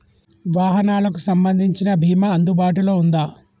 వాహనాలకు సంబంధించిన బీమా అందుబాటులో ఉందా?